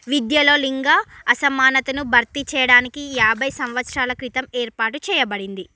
విద్యలో లింగ అసమానతను భర్తీ చేయడానికి యాభై సంవత్సరాల క్రితం ఏర్పాటు చేయబడింది